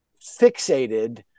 fixated